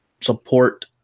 support